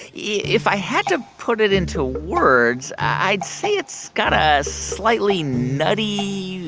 yeah if i had to put it into words, i'd say it's got ah a slightly nutty,